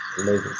amazing